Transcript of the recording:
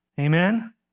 Amen